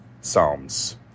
Psalms